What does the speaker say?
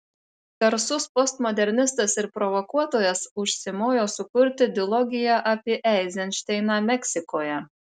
garsus postmodernistas ir provokuotojas užsimojo sukurti dilogiją apie eizenšteiną meksikoje